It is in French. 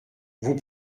vous